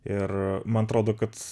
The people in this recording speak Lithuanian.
ir man atrodo kad